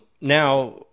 Now